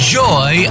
joy